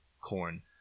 corn